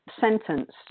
sentence